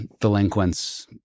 delinquents